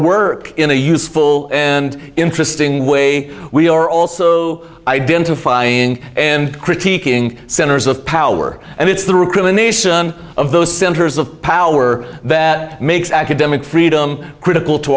work in a useful and interesting way we are also identifying and critiquing centers of power and it's the recrimination of those centers of power that makes academic freedom critical to